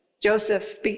Joseph